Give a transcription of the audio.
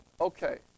okay